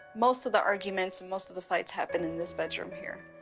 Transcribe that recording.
most of the arguments and most of the fights happened in this bedroom here.